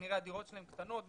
כנראה הדירות של המשפחה שלה קטנות,